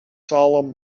salem